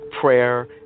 prayer